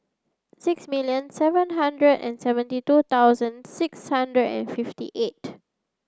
six million seven hundred and seventy two thousand six hundred and fifty eight